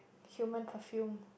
human perfume